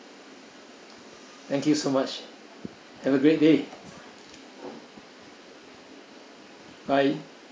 thank you so much have a great day bye